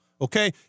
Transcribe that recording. okay